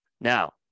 Now